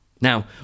Now